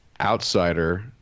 outsider